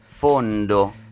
Fondo